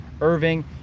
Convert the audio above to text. Irving